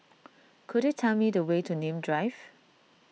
could you tell me the way to Nim Drive